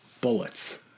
bullets